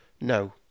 No